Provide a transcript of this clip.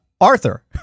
Arthur